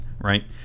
right